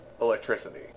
electricity